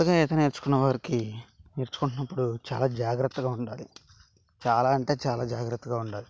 కొత్తగా ఈత నేర్చుకున్న వారికి నేర్చుకున్నప్పుడు చాలా జాగ్రత్తగా ఉండాలి చాలా అంటే చాలా జాగ్రత్తగా ఉండాలి